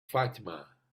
fatima